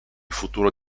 futuro